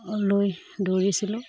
লৈ দৌৰিছিলোঁ